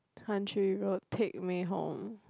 Country Road take me home